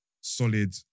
solid